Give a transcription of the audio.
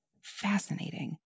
fascinating